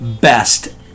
best